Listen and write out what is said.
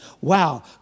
Wow